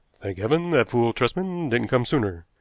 thank heaven that fool tresman didn't come sooner!